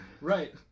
Right